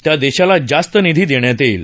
त्या देशाला जास्त निधी देण्यात येईल